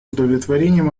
удовлетворением